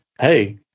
Hey